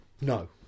no